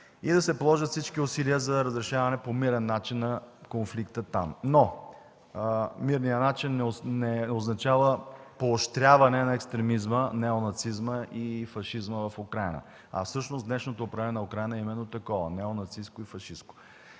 и да се положат всички усилия за разрешаване по мирен начин на конфликта там. Но мирният начин не означава поощряване на екстремизма, неонацизма и фашизма в Украйна. А всъщност днешното управление на Украйна е именно такова – неонацистко и фашистко.